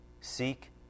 Seek